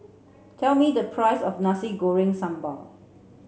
tell me the price of nasi goreng sambal